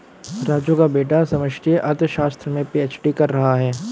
राजू का बेटा समष्टि अर्थशास्त्र में पी.एच.डी कर रहा है